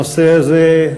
הנושא הזה,